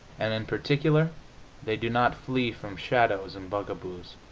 and in particular they do not flee from shadows and bugaboos.